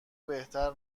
بهتر